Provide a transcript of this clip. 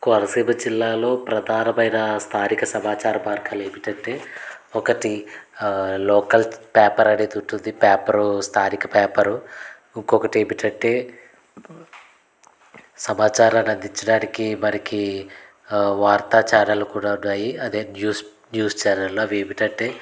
కోనసీమ జిల్లాలో ప్రధానమైన స్థానిక సమాచార మార్గాలు ఏమిటంటే ఒకటి లోకల్ పేపర్ అనేది ఉంటుంది పేపర్ స్థానిక పేపరు ఇంకొకటి ఏమిటంటే సమాచారాన్ని అందించడానికి మనకి వార్తా ఛానల్లు కూడా ఉన్నాయి అదే న్యూస్ ఛానల్లు అవి ఏమిటంటే